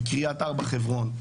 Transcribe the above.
מקריית ארבע-חברון,